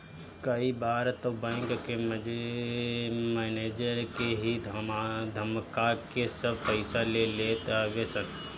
कई बार तअ बैंक के मनेजर के ही धमका के सब पईसा ले लेत हवे सन